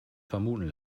vermuten